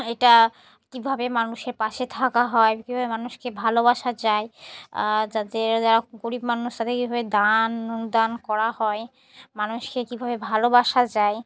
এটা কীভাবে মানুষের পাশে থাকা হয় কীভাবে মানুষকে ভালোবাসা যায় যাদের যারা খুব গরিব মানুষ তাদের কীভাবে দান দান করা হয় মানুষকে কীভাবে ভালোবাসা যায়